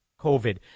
COVID